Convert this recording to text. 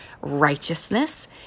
righteousness